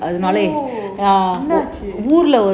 என்னாச்சு:ennachu